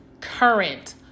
current